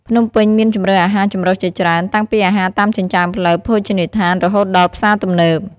ភ្នំពេញមានជម្រើសអាហារចម្រុះជាច្រើន តាំងពីអាហារតាមចិញ្ចើមផ្លូវ ភោជនីយដ្ឋាន រហូតដល់ផ្សារទំនើប។